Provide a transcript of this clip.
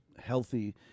healthy